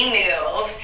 move